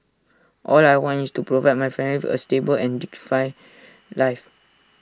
all I want is to provide my family A stable and dignified life